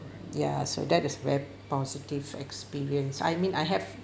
ya so that is very positive experience I mean I have